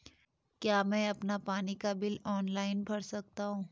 क्या मैं अपना पानी का बिल ऑनलाइन भर सकता हूँ?